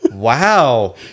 wow